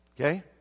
Okay